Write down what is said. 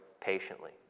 patiently